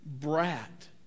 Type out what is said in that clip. brat